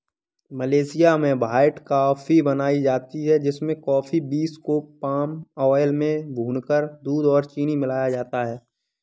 Malaysia में white coffee बनाई जाती है जिसमें कॉफी बींस को पाम आयल में भूनकर दूध और चीनी मिलाया जाता है